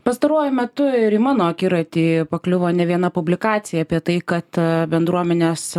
pastaruoju metu ir į mano akiratį pakliuvo ne viena publikacija apie tai kad bendruomenės